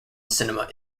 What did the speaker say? cinema